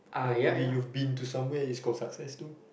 or maybe you've been to somewhere is called success too